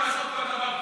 לא לעשות מכל דבר פוליטי,